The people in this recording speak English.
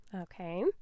okay